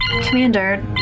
Commander